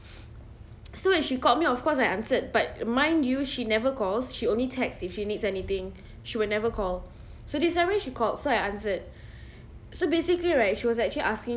so when she called me of course I answered but mind you she never calls she only text if she needs anything she would never call so then suddenly she called so I answered so basically right she was actually asking